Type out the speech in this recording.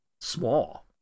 small